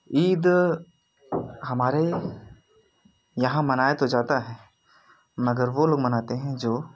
ईद हमारे यहाँ मनाया तो जाता है मगर वो लोग मनाते हैं जो